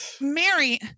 Mary